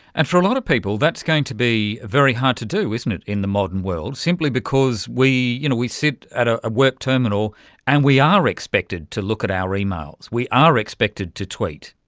and for a lot of people that's going to be very hard to do, isn't it, in the modern world, simply because we you know we sit at ah a work terminal and we are expected to look at our emails, we are expected to tweet.